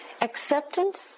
acceptance